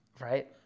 Right